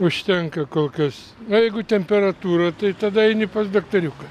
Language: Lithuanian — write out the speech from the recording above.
užtenka kol kas o jeigu temperatūra tai tada eini pas daktariuką